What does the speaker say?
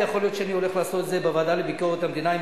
הוא הוכיח שלא התפקיד עושה את האדם,